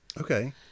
Okay